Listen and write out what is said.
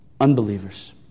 Unbelievers